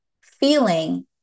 feeling